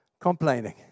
complaining